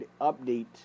update